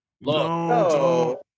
No